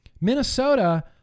Minnesota